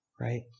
Right